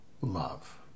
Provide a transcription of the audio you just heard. love